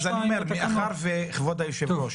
אני אומר, מאחר שכבוד היושב-ראש